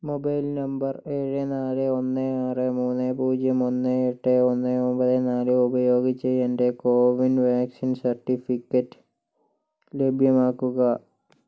mobile number ഏഴ് നാല് ഒന്ന് ആറ് മൂന്ന് പൂജ്യം ഒന്ന് എട്ട് ഒന്ന് ഒൻപത് നാല് ഉപയോഗിച്ച് എൻ്റെ കോവിൻ വാക്സിൻ സർട്ടിഫിക്കറ്റ് ലഭ്യമാക്കുക